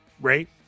Right